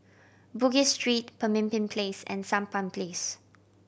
Bugis Street Pemimpin Place and Sampan Place